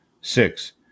Six